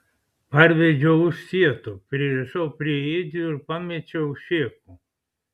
parvedžiau už sieto pririšau prie ėdžių ir pamečiau šėko